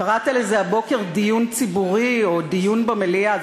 קראת לזה הבוקר דיון ציבורי, או דיון במליאה.